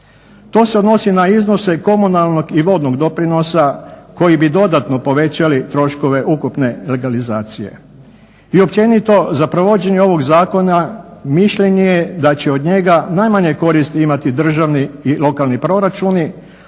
To se odnosi na iznose komunalnog i vodnog doprinosa koji bi dodatno povećali troškove ukupne legalizacije. I općenito za provođenje ovog zakona mišljenje je da će od njega najmanje koristi imati državni i lokalni proračuni,